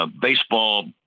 baseball